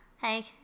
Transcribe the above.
hey